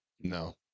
no